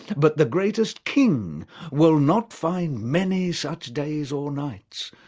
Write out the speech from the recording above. but the greatest king will not find many such days or nights,